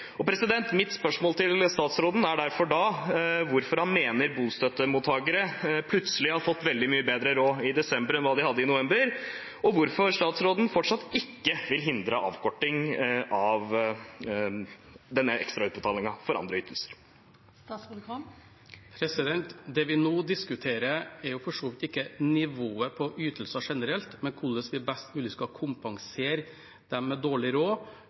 Mitt spørsmål til statsråden er derfor hvorfor han mener bostøttemottakere plutselig har fått veldig mye bedre råd i desember enn hva de hadde i november, og hvorfor statsråden fortsatt ikke vil hindre avkorting av denne ekstrautbetalingen mot andre ytelser. Det vi nå diskuterer, er for så vidt ikke nivået på ytelser generelt, men hvordan vi best mulig skal kompensere dem med dårlig råd